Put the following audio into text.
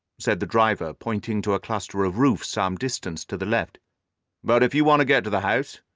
said the driver, pointing to a cluster of roofs some distance to the left but if you want to get to the house,